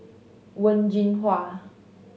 Wen Jinhua